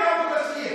המוחלשים,